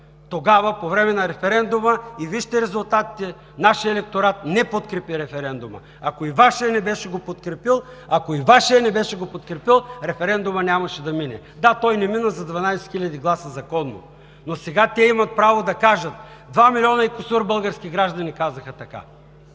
тогава, по време на референдума и вижте резултатите – нашият електорат не подкрепи референдума! Ако и Вашият не беше го подкрепил, референдумът нямаше да мине. Да, той не мина за 12 хиляди гласа законно, но сега те имат право да кажат: два милиона и кусур български граждани казаха така.